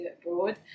abroad